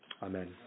Amen